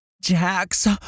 Jax